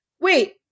wait